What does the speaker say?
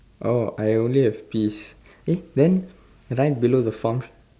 oh I only have peas eh then right below the farm shop